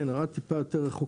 כן, ערד טיפה יותר רחוקה.